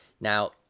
Now